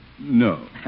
No